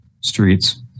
streets